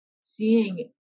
seeing